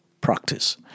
practice